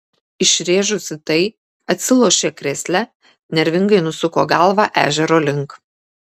išrėžusi tai atsilošė krėsle nervingai nusuko galvą ežero link